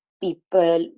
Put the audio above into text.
people